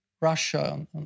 Russia